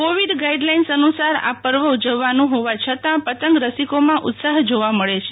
Covid guidelines અનુસાર આ પર્વ ઉજવવાનું હોવા છતાં પતંગ રસિકોમાં ઉત્સાહ જોવા મળે છે